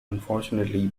unfortunately